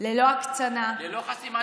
ללא הקצנה, ללא חסימת כבישים.